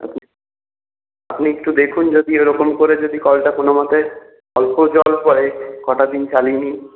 আপনি আপনি একটু দেখুন যদি ওরকম করে যদি কলটা কোনোমতে অল্প জল পড়ে কটা দিন চালিয়ে নিন